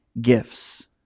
gifts